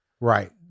right